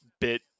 bit